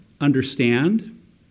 understand